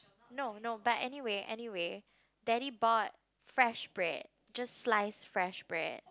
no no but anyway anyway daddy bought fresh bread just slice fresh bread